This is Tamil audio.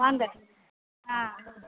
வாங்க ஆ